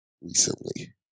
recently